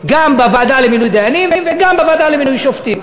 גם בוועדה למינוי דיינים וגם בוועדה למינוי שופטים.